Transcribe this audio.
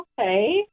Okay